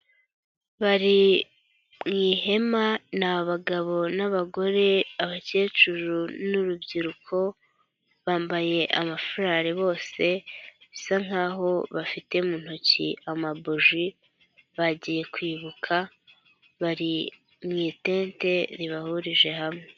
Bari mu ihema ni abagabo n'abagore, abakecuru n'urubyiruko, bambaye amafurare bose bisa nkaho bafite mu ntoki amabuji, bagiye kwibuka bari mu itente ribahurije hamwe.